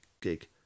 gig